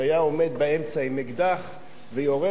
שהיה עומד באמצע עם אקדח ויורה,